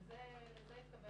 לזה התכוון תומר.